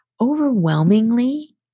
Overwhelmingly